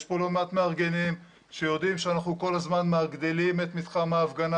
יש פה לא מעט מארגנים שיודעים שאנחנו כל הזמן מגדילים את מתחם ההפגנה,